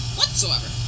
whatsoever